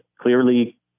clearly